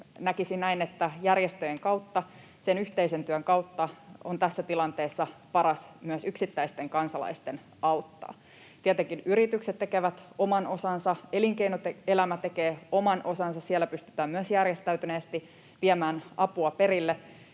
Näkisin näin, että järjestöjen kautta, sen yhteisen työn kautta, on tässä tilanteessa paras myös yksittäisten kansalaisten auttaa. Tietenkin yritykset tekevät oman osansa, elinkeinoelämä tekee oman osansa — siellä pystytään myös järjestäytyneesti viemään apua perille